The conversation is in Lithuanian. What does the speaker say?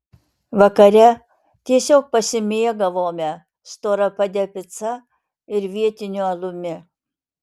vakare tiesiog pasimėgavome storapade pica ir vietiniu alumi